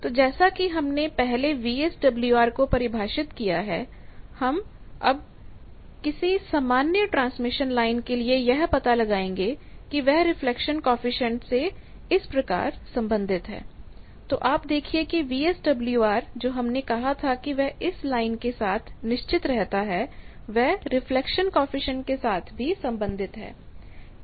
तो जैसा कि हमने पहले वीएसडब्ल्यूआर को परिभाषित किया है अब हम किसी सामान्य ट्रांसमिशन लाइन के लिए यह पता लगाएंगे कि वह रिफ्लेक्शन कॉएफिशिएंट से इस प्रकार से संबंधित है तो आप देखिए कि वीएसडब्ल्यूआर जो कि हमने कहा था कि वह इस लाइन के साथ निश्चित रहता है वह रिफ्लेक्शन कॉएफिशिएंट के साथ भी संबंधित है